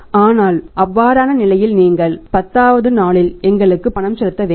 ஆனால் அவ்வாறான நிலையில் நீங்கள் 10 வது நாளில் எங்களுக்கு பணம் செலுத்த வேண்டும்